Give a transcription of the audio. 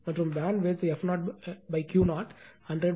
மற்றும் bandwidth f0Q0100 6